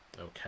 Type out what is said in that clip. Okay